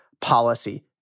policy